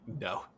no